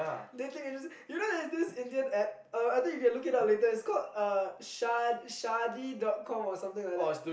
dating agency you know there's this Indian app um I think you can look it up later it's called uh sha~ shadi dot com or something like that